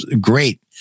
great